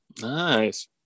nice